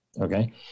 okay